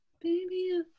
baby